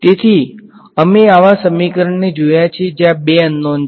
તેથી અમે આવા સમીકરણને જોયા છે જ્યાં બે અનનોન છે